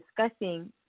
discussing